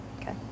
Okay